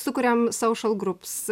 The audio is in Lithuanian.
sukuriam soušel grups